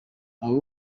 abo